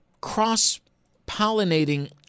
cross-pollinating